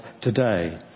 today